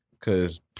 Cause